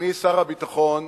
אדוני שר הביטחון,